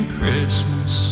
Christmas